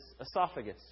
esophagus